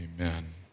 amen